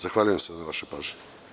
Zahvaljujem se na pažnji.